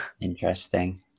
Interesting